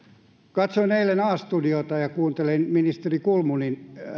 katsoin eilen a studiota ja kuuntelin ministeri kulmunin